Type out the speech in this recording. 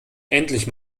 endlich